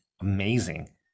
amazing